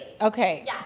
Okay